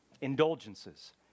Indulgences